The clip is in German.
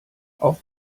auf